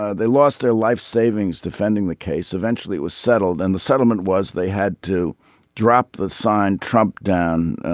ah they lost their life savings defending the case eventually it was settled and the settlement was they had to drop the sign trump down